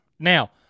Now